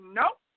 nope